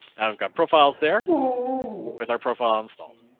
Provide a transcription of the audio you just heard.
i've got profiles there with our profile installed.